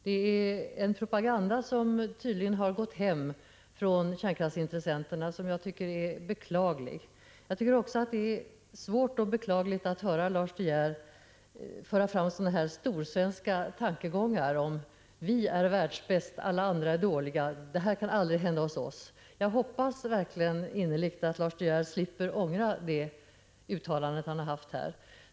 Det är en propaganda från kärnkraftsintressenterna som tydligen har gått hem och som är beklaglig. Jag tycker också att det är beklagligt att höra Lars De Geer föra fram sådana här storsvenska tankegångar om att vi är världsbäst och att alla andra är dåliga, att detta aldrig kan hända hos oss. Jag hoppas innerligt att Lars De Geer slipper ångra sitt uttalande i dag.